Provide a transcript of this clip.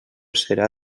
serà